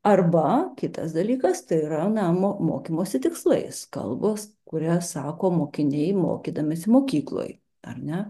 arba kitas dalykas tai yra na mokymosi tikslais kalbos kurias sako mokiniai mokydamiesi mokykloj ar ne